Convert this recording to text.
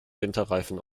winterreifen